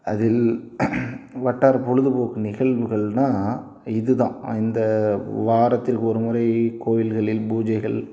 அதில் வட்டார பொழுதுபோக்கு நிகழ்வுகள்னா இதுதான் இந்த வாரத்திற்கு ஒரு முறை கோவில்களில் பூஜைகள்